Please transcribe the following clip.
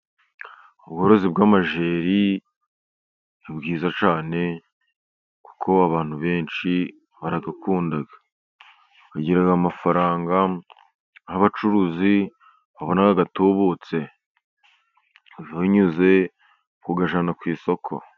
Ubworozi bw’amajeri ni bwiza cyane, kuko abantu benshi barayakunda. Bigira amafaranga aho abacuruzi babona agatubutse binyuze mu kuyajyana ku isoko.